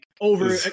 over